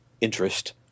interest